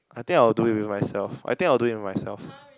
I think I'll do it with myself I think I'll do it myself